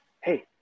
hey